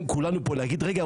כולנו פה צריכים להגיד: רגע,